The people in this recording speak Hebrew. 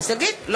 (קוראת בשמות חברי הכנסת) יואל חסון,